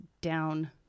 down